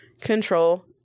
control